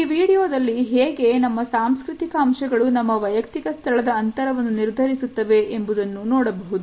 ಈ ವಿಡಿಯೋದಲ್ಲಿ ಹೇಗೆ ನಮ್ಮ ಸಾಂಸ್ಕೃತಿಕ ಅಂಶಗಳು ನಮ್ಮ ವೈಯಕ್ತಿಕ ಸ್ಥಳದ ಅಂತರವನ್ನು ನಿರ್ಧರಿಸುತ್ತವೆ ಎಂಬುದನ್ನು ನೋಡಬಹುದು